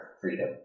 freedom